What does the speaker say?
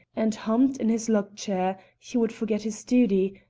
and, humped in his lug-chair, he would forget his duty,